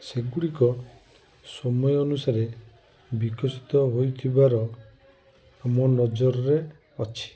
ସେଗୁଡ଼ିକ ସମୟ ଅନୁସାରେ ବିକଶିତ ହୋଇଥିବାର ଆମ ନଜରରେ ଅଛି